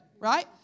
Right